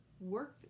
work